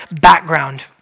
background